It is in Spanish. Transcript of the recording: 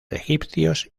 egipcios